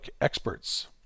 experts